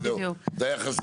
זהו, זה היה חסר לי.